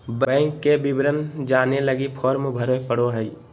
bank के विवरण जाने लगी फॉर्म भरे पड़ो हइ